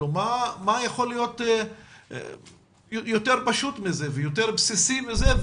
מה יכול להיות יותר פשוט מזה ויותר בסיסי מזה,